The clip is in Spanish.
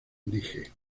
dije